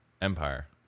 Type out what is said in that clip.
Empire